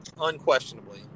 unquestionably